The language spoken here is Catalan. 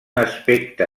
aspecte